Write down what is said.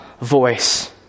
voice